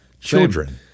Children